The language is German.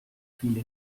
viele